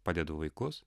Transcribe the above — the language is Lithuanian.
padedu laikus